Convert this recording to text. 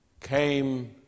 Came